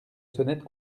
sonnette